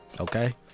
Okay